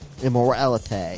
Immorality